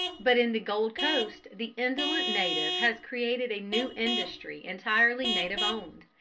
but in the gold coast the indolent native has created a new industry entirely native owned,